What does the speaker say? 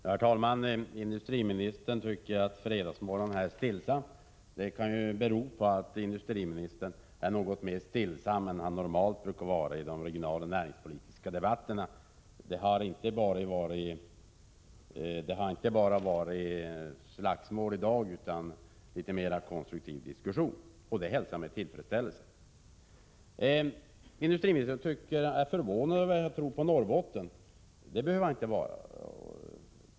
Herr talman! Industriministern tycker att denna fredagsmorgon är stillsam. Det kan ju bero på att industriministern är något mera stillsam än han normalt brukar vara i de regionalpolitiska och näringspolitiska debatterna. Det har i dag inte bara handlat om slagsmål utan litet mera om konstruktiv diskussion, och det hälsar jag med tillfredsställelse. Industriministern är förvånad över att jag tror på Norrbotten. Det behöver han inte vara.